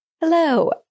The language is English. Hello